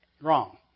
wrong